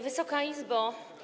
Wysoka Izbo!